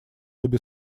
обе